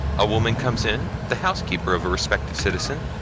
a woman comes in, the housekeeper of a respected citizen,